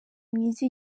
mwiza